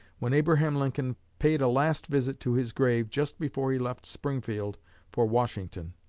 when abraham lincoln paid a last visit to his grave just before he left springfield for washington.